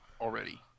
Already